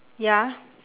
ya